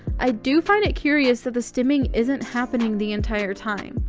i do find it curious that the stimming isn't happening the entire time.